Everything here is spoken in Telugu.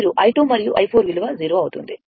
మీరు i2 మరియు i4 విలువ 0 అవుతుంది